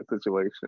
situation